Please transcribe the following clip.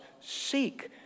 seek